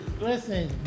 Listen